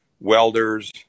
welders